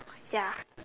ya